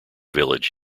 village